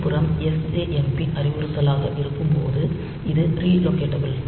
மறுபுறம் sjmp அறிவுறுத்தலாக இருக்கும்போது இது ரி லொகெட்டபிள்